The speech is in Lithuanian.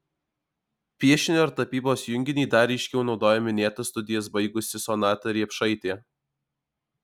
piešinio ir tapybos junginį dar ryškiau naudoja minėtas studijas baigusi sonata riepšaitė